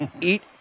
eat